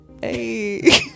Hey